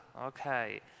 Okay